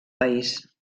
país